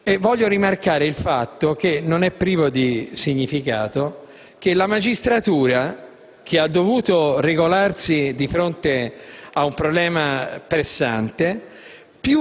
voglio rimarcare il fatto, non privo di significato, che la magistratura, che ha dovuto regolarsi di fronte ad un problema pressante,